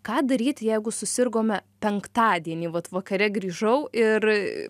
ką daryti jeigu susirgome penktadienį vat vakare grįžau ir